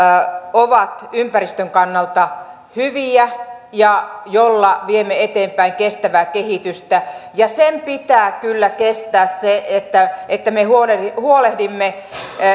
ovat ympäristön kannalta hyviä ja joilla viemme eteenpäin kestävää kehitystä ja sen pitää kyllä kestää se että että me huolehdimme huolehdimme